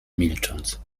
milcząc